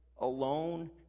alone